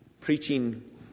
preaching